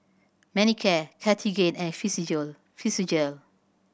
Manicare Cartigain and Physiogel